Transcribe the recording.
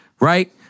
right